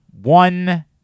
one